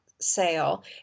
sale